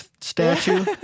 statue